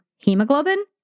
Hemoglobin